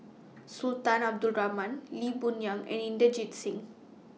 Sultan Abdul Rahman Lee Boon Yang and Inderjit Singh